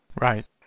Right